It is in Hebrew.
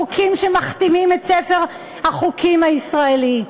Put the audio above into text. חוקים שמכתימים את ספר החוקים הישראלי.